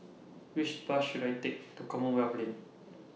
Which Bus should I Take to Commonwealth Lane